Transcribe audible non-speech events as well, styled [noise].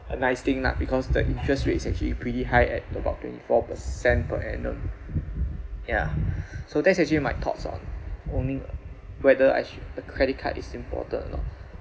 a nice thing lah because the interest rate is actually pretty high at about twenty four percent per annum ya [breath] so that's actually my thoughts on owning whether I should a credit card is important or not